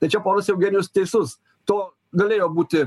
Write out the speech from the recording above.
tai čia ponas eugenijus teisus to galėjo būti